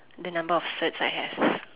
the number of certs I have